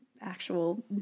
actual